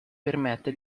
permette